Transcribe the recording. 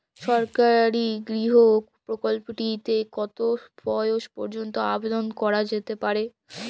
সরকারি গৃহ প্রকল্পটি তে কত বয়স পর্যন্ত আবেদন করা যেতে পারে?